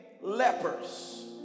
lepers